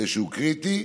שהוא קריטי.